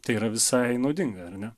tai yra visai naudinga ar ne